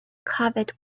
covered